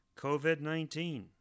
COVID-19